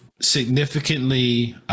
significantly